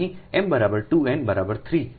અહીં m બરાબર 2 n બરાબર 3 છે